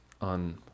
on